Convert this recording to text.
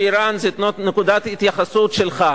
שאירן היא נקודת ההתייחסות שלך.